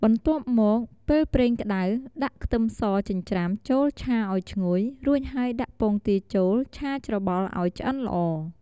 បន្ទាប់់មក ពេលប្រេងក្តៅ ដាក់ខ្ទឹមសចិញ្ច្រាំចូលឆាឱ្យឈ្ងុយ រួចហើយដាក់ពងទាចូល ឆាច្របល់ឱ្យឆ្អិនល្អ។